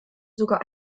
sogar